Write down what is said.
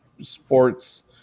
sports